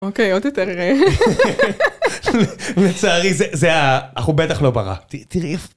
אוקיי, עוד יותר רע. וצערי, זה ה... אנחנו בטח לא ברע. תראי איפה...